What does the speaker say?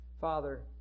Father